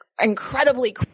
incredibly